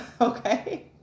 okay